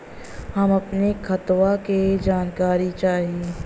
हम अपने खतवा क जानकारी चाही?